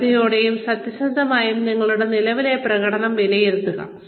ശ്രദ്ധയോടെയും സത്യസന്ധമായും നിങ്ങളുടെ നിലവിലെ പ്രകടനം വിലയിരുത്തുക